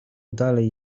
dalej